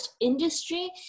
industry